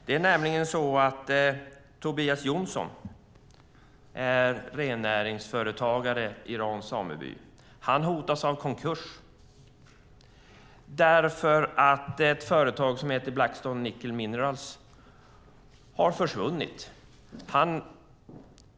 Det är nämligen så att Tobias Jonsson, rennäringsföretagare i Grans sameby, hotas av konkurs därför att ett företag som heter Blackstone Nickel Minerals har försvunnit.